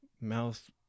mouth